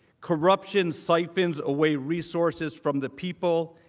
corruption siphons away resources from the people.